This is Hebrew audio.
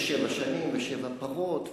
יש שבע שנים ושבע פרות.